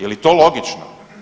Je li to logično?